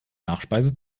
nachspeise